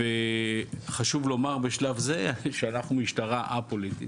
חשוב לומר בשלב זה שאנחנו משטרה א-פוליטית,